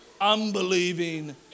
Unbelieving